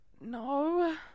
No